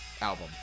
album